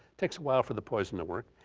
takes a while for the poison to work.